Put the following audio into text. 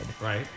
right